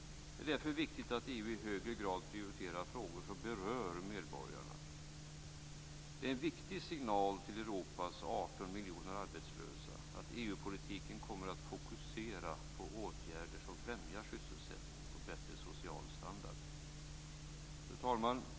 Det är därför viktigt att EU i högre grad prioriterar frågor som berör medborgarna. Det är en viktig signal till Europas 18 miljoner arbetslösa att EU-politiken kommer att fokusera på åtgärder som främjar sysselsättning och en bättre social standard. Fru talman!